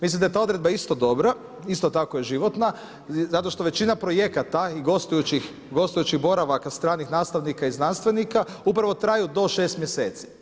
Mislim da je ta odredba isto dobra, isto tako je životna zato što većina projekata i gostujućih boravaka stranih nastavnika i znanstvenika, upravo traju do 6 mjeseci.